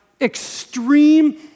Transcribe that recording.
extreme